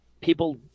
People